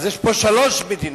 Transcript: אז יש פה שלוש מדינות.